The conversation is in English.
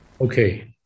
Okay